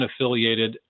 unaffiliated